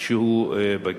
שהוא בגיר.